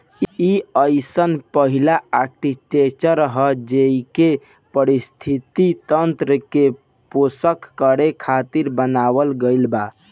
इ अइसन पहिला आर्कीटेक्चर ह जेइके पारिस्थिति तंत्र के पोषण करे खातिर बनावल गईल बा